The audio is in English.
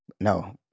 No